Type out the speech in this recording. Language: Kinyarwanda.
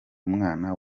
umwana